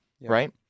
right